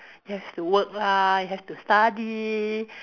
have to work lah have to study